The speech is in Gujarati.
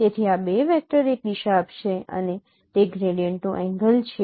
તેથી આ બે વેક્ટર એક દિશા આપશે અને તે ગ્રેડિયન્ટનું એંગલ છે